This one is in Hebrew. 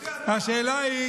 יודע מה, השאלה היא